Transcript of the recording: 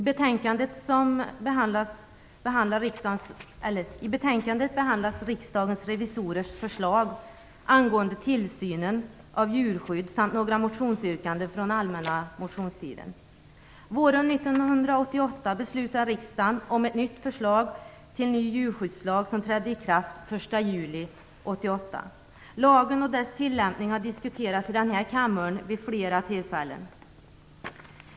Fru talman! I betänkandet behandlas riksdagens revisorers förslag angående tillsynen av djurskydd samt några motionsyrkanden från den allmänna motionstiden. 1988. Lagen och dess tillämpning har diskuterats i denna kammare vid flera tillfällen.